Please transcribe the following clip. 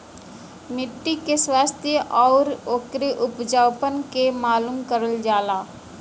मट्टी के स्वास्थ्य आउर ओकरे उपजाऊपन के मालूम करल जाला